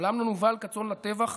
לעולם לא נובל כצאן לטבח,